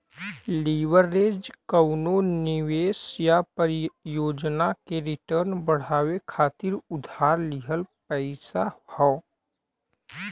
leverage कउनो निवेश या परियोजना से रिटर्न बढ़ावे खातिर उधार लिहल पइसा हौ